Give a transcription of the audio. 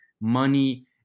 Money